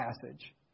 passage